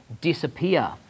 disappear